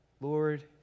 Lord